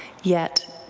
yet,